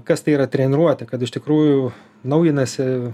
kas tai yra treniruotė kad iš tikrųjų naujinasi